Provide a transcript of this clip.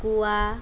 গোৱা